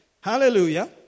Hallelujah